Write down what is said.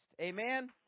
amen